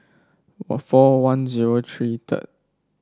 or four one zero three third